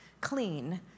clean